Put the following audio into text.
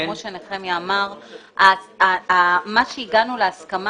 כמו שנחמיה אמר, מה שהגענו להסכמה